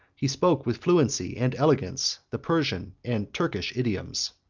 he spoke with fluency and elegance the persian and turkish idioms.